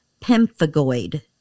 pemphigoid